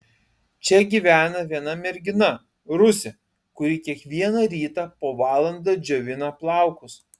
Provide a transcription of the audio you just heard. čia gyvena viena mergina rusė kuri kiekvieną rytą po valandą džiovina plaukus